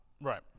Right